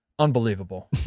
Unbelievable